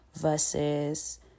versus